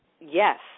yes